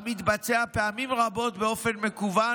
המתבצע פעמים רבות באופן מקוון,